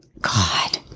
God